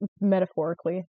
Metaphorically